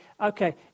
Okay